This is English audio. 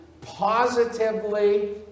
positively